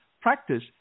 practice